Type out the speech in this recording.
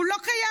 הוא לא קיים.